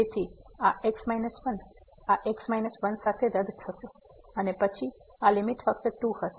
તેથી આ x 1 આ x 1 સાથે રદ થશે અને પછી આ લીમીટ ફક્ત 2 હશે